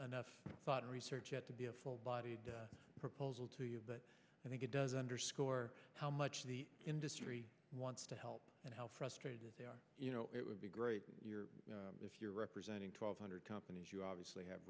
thought research yet to be a full bodied proposal to you but i think it does underscore how much the industry wants to help and how frustrated they are you know it would be great if you're representing twelve hundred companies you obviously have